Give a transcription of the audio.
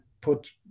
put